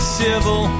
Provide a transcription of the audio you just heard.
civil